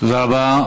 תודה רבה.